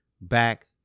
back